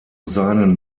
seinen